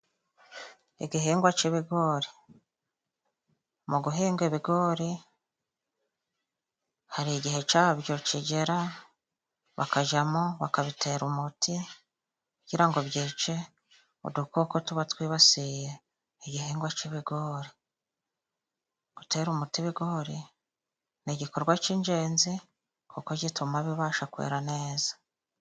Igihingwa cy'ibigori, mu guhinga ibigori hari igihe cyabyo kigera bakajyamo bakabitera umuti kugira ngo byice udukoko tuba twibasiye igihingwa cy'ibigori. Gutera umuti ibigori ni igikorwa cy'ingenzi kuko gituma bibasha kwera neza.